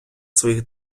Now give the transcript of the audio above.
своїх